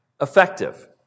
effective